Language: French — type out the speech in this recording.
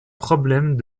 problème